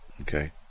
Okay